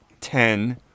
ten